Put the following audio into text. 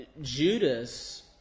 Judas